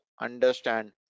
understand